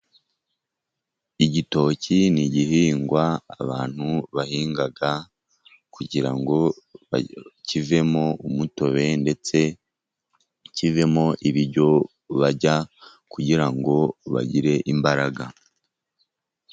Igitoki ni igihingwa abantu bahinga, kugira ngo kivemo umutobe ndetse kivemo ibiryo barya, kugira ngo bagire imbaraga.